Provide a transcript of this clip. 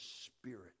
spirit